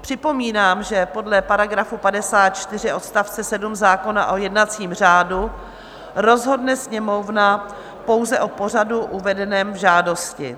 Připomínám, že podle § 54 odst. 7 zákona o jednacím řádu rozhodne Sněmovna pouze o pořadu uvedeném v žádosti.